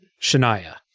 Shania